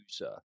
user